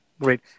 Great